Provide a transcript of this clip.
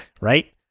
Right